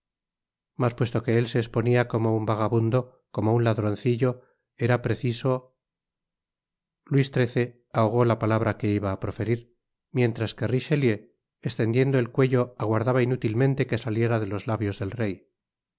mas puesto que él se esponia como un vagabundo como un landroncillo era preciso luis xiii ahogó la palabra que iba á proferir mientras que richelieu estendiendo el cuello aguardaba inútilmente que saliera de los labios del rey era